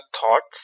thoughts